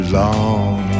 long